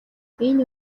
энэ